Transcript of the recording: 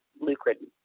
lucrative